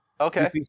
Okay